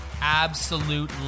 absolute